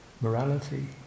morality